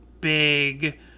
big